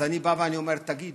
אז אני בא ואני אומר: תגידו,